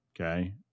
Okay